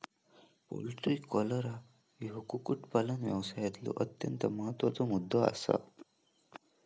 poultry cholera ह्यो कुक्कुटपालन व्यवसायातलो अत्यंत महत्त्वाचा मुद्दो आसा